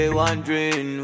wondering